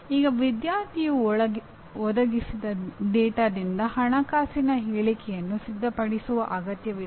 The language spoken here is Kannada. ಈಗ ವಿದ್ಯಾರ್ಥಿಯು ಒದಗಿಸಿದ ಡೇಟಾದಿಂದ ಹಣಕಾಸಿನ ಹೇಳಿಕೆಯನ್ನು ಸಿದ್ಧಪಡಿಸುವ ಅಗತ್ಯವಿದೆ